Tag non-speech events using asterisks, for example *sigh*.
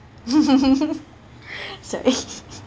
*laughs*